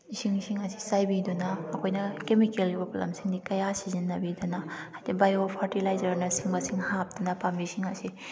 ꯏꯁꯤꯡꯁꯤꯡ ꯑꯁꯤ ꯆꯥꯏꯕꯤꯗꯨꯅ ꯑꯩꯈꯣꯏꯅ ꯀꯦꯃꯤꯀꯦꯜꯒꯤ ꯑꯣꯏꯕ ꯄꯣꯠꯂꯝꯁꯤꯡꯗꯤ ꯀꯌꯥ ꯁꯤꯖꯤꯟꯅꯕꯤꯗꯅ ꯍꯥꯏꯗꯤ ꯕꯥꯏꯑꯣ ꯐꯔꯇꯤꯂꯥꯏꯖꯔꯅ ꯆꯤꯡꯕꯁꯤꯡ ꯍꯥꯞꯇꯅ ꯄꯥꯝꯕꯤꯁꯤꯡ ꯑꯁꯤ